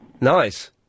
Nice